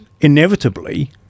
inevitably